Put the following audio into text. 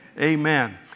Amen